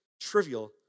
trivial